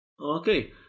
Okay